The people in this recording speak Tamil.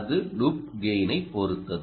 அது லூப் கெய்னைப் பொறுத்தது